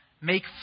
make